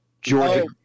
Georgia –